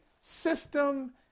system